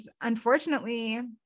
unfortunately